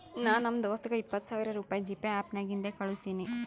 ನಾ ನಮ್ ದೋಸ್ತಗ ಇಪ್ಪತ್ ಸಾವಿರ ರುಪಾಯಿ ಜಿಪೇ ಆ್ಯಪ್ ನಾಗಿಂದೆ ಕಳುಸಿನಿ